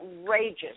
outrageous